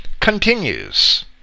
continues